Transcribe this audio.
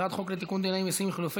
הצעת חוק לתיקון דיני מיסים (חילופי